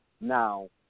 Now